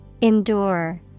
Endure